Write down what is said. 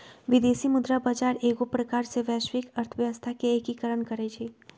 विदेशी मुद्रा बजार एगो प्रकार से वैश्विक अर्थव्यवस्था के एकीकरण करइ छै